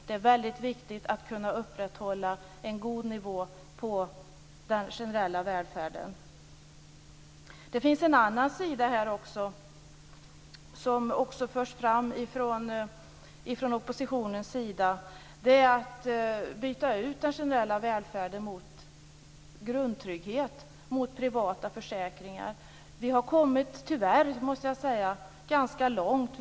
Det är väldigt viktigt att kunna upprätthålla en god nivå på den generella välfärden. Det finns en annan sida här som också förs fram från oppositionen. Det är att man vill byta ut den generella välfärden mot grundtrygghet, privata försäkringar. Vi har, tyvärr måste jag säga, kommit ganska långt.